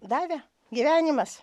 davė gyvenimas